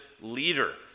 leader